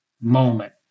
moment